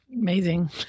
Amazing